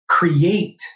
Create